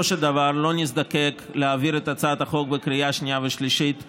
של דבר לא נזדקק להעביר את הצעת החוק בקריאה שנייה ושלישית,